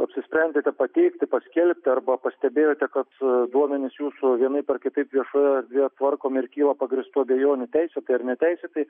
apsisprendėte pateikti paskelbti arba pastebėjote kad duomenys jūsų vienaip ar kitaip viešoje erdvėje tvarkomi ir kyla pagrįstų abejonių teisėtai ar neteisėtai